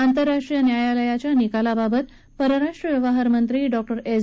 आंतरराष्ट्रीय न्यायालयाच्या निकालाबाबत परराष्ट्र व्यवहार मंत्री डॉक्टर एस